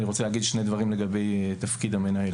אני רוצה להגיד שני דברים לגבי תפקיד המנהל.